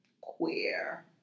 queer